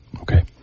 okay